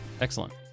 Excellent